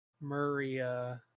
Maria